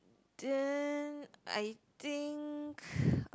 then I think